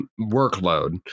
workload